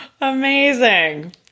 Amazing